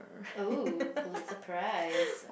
oh Pulitzer Prize